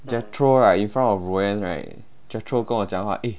jethro right in front of roanne right jethro 跟我讲话 eh